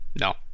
No